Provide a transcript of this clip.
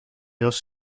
dos